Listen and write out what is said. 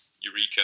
Eureka